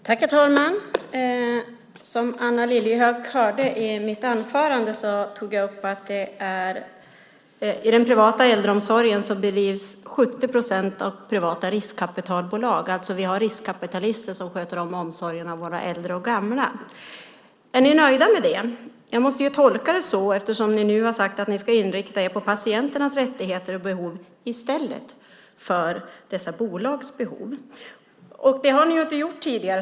Herr talman! Som Anna Lilliehöök hörde i mitt anförande tog jag upp att den privata äldreomsorgen till 70 procent bedrivs av privata riskkapitalbolag. Vi har alltså riskkapitalister som sköter om omsorgen om våra gamla. Är ni nöjda med det? Jag måste tolka det så, eftersom ni nu har sagt att ni ska inrikta er på patienternas rättigheter och behov i stället för på dessa bolags behov. Det har ni inte gjort tidigare.